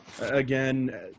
Again